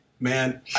Man